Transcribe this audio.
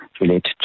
related